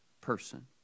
person